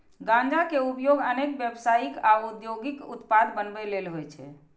गांजा के उपयोग अनेक व्यावसायिक आ औद्योगिक उत्पाद बनबै लेल होइ छै